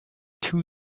two